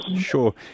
Sure